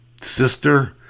sister